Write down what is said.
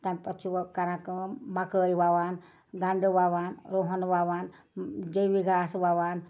تَمہِ پتہٕ چھِ وۄنۍ کران کٲم مَکٲے وَوان گَنٛڈٕ وَوان رُہَن وَوان جیٚوی گاسہٕ وَوان